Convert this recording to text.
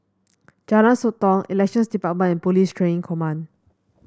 Jalan Sotong Elections Department and Police Training Command